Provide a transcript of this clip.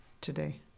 today